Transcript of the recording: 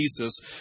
Jesus